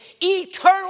eternal